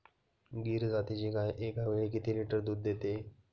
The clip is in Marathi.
गीर जातीची गाय एकावेळी किती लिटर दूध देते?